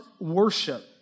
worship